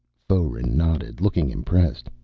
foeren nodded, looking impressed.